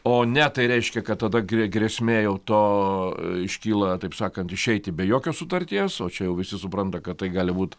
o ne tai reiškia kad tada grė grėsmė jau to iškyla taip sakant išeiti be jokios sutarties o čia jau visi supranta kad tai gali būt